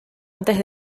antes